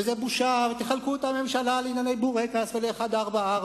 וזו בושה, ותחלקו את הממשלה לענייני בורקס ול-144.